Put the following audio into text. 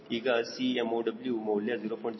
ಈಗ Cm0 ಮೌಲ್ಯ 0